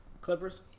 Clippers